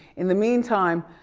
in the meantime,